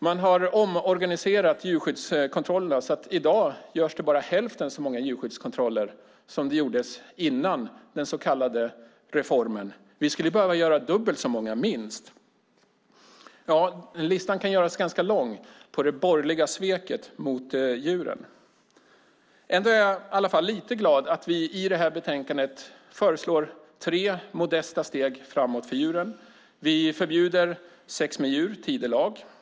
Man har omorganiserat djurskyddskontrollerna, så i dag görs bara hälften så många djurskyddskontroller som gjordes innan den så kallade reformen. Vi skulle behöva göra minst dubbelt så många. Listan kan göras ganska lång över det borgerliga sveket mot djuren. Ändå är jag i alla fall lite glad att vi i det här betänkandet föreslår tre modesta steg framåt för djuren. Vi förbjuder sex med djur, alltså tidelag.